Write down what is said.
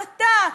הסתה,